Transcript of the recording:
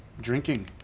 Drinking